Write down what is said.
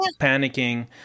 panicking